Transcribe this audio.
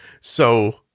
So-